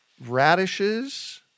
Radishes